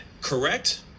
correct